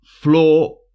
floor